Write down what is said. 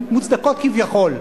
הן מוצדקות כביכול.